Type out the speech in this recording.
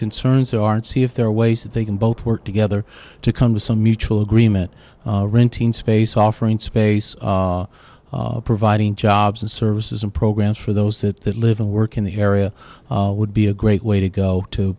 concerns aren't see if there are ways that they can both work together to come to some mutual agreement renting space offering space providing jobs and services and programs for those that live and work in the area would be a great way to go to